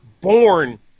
born